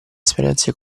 esperienze